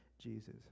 Jesus